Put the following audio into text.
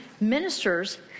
ministers